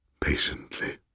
patiently